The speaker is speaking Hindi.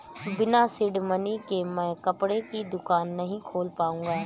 बिना सीड मनी के मैं कपड़े की दुकान नही खोल पाऊंगा